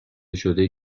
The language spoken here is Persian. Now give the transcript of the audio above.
شده